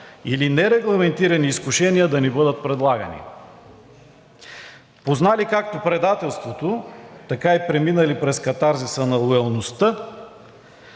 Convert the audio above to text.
или нерегламентирани изкушения да ни бъдат предлагани. Познали както предателството, така и преминали през катарзиса на лоялността,